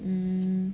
嗯